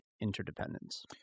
interdependence